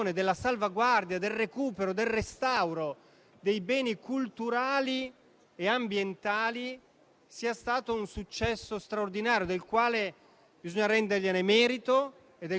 una maggiore sensibilità sui temi dei beni culturali e ambientali, lo si deve anche grazie al lavoro del FAI e della presidente Crespi.